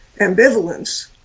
ambivalence